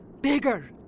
bigger